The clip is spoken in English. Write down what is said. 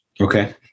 Okay